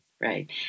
right